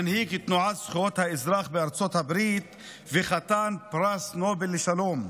מנהיג תנועת זכויות האזרח בארצות הברית וחתן פרס נובל לשלום.